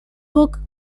book